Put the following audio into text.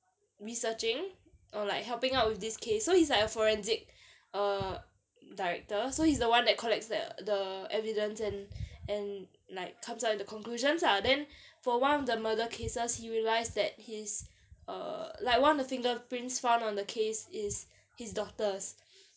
researching or like helping out with this case so he's like a forensic uh director so he's the one that collects the the evidence and and like comes out in the conclusions lah then for one of the murder cases he realised that his uh like one of fingerprints found on the case is his daughter's